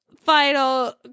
Final